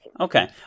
Okay